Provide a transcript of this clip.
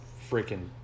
freaking